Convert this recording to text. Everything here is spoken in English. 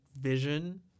vision